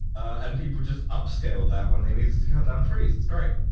and people just upscaled that when they needed to cut down trees, it's great.